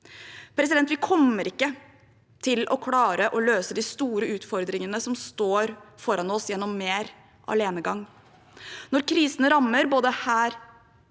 år. Vi kommer ikke til å klare å løse de store utfordringene som står foran oss, gjennom mer alenegang. Når krisene rammer, både der ute og her